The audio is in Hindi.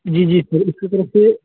जी जी सर उसकी तरफ से